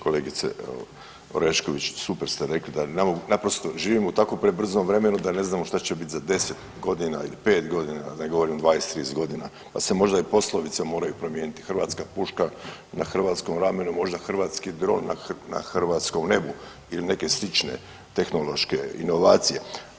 Kolegice Orešković super ste rekli da naprosto živimo u tako prebrzom vremenu da ne znamo šta će bit za 10 godina ili pet godina da ne govorim 2, 30 godina pa se možda i poslovice moraju promijeniti, hrvatska puška na hrvatskom ramenu možda, hrvatski dron na hrvatskom nebu ili neke slične tehnološke inovacije.